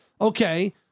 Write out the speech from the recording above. okay